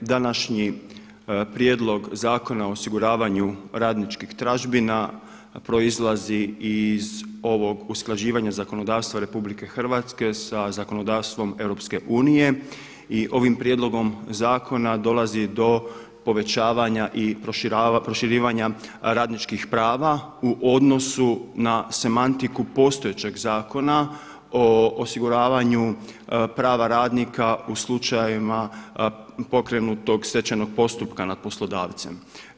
Današnji Prijedlog zakona o osiguravanju radničkih tražbina proizlazi iz ovog usklađivanja zakonodavstva RH sa zakonodavstvom EU i ovim prijedlogom zakona dovodi do povećavanja i proširivanja radničkih prava u odnosu na semantiku postojećeg Zakona o osiguravanju prava radnika u slučaju pokrenutog stečajnog postupka nad poslodavcem.